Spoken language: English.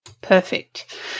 Perfect